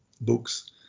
books